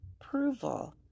approval